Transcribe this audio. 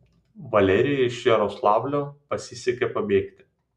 valerijai iš jaroslavlio pasisekė pabėgti